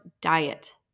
diet